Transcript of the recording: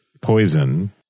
poison